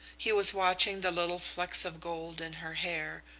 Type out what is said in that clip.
he was watching the little flecks of gold in her hair,